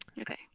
Okay